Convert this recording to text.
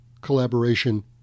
collaboration